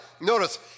Notice